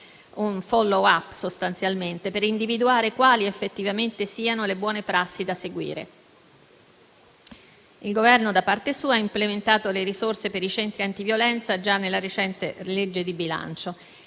un *follow up* sostanzialmente per individuare quali effettivamente siano le buone prassi da seguire. Il Governo da parte sua ha implementato le risorse per i centri antiviolenza già nella recente legge di bilancio.